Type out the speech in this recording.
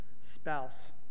spouse